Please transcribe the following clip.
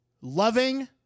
loving